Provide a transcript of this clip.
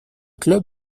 club